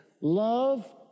Love